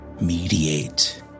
Mediate